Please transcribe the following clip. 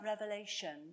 revelation